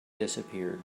disappeared